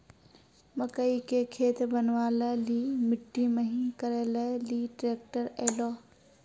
मकई के खेत बनवा ले ली मिट्टी महीन करे ले ली ट्रैक्टर ऐलो?